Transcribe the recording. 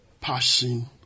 passion